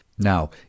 Now